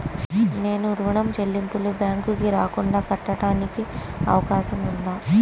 నేను ఋణం చెల్లింపులు బ్యాంకుకి రాకుండా కట్టడానికి అవకాశం ఉందా?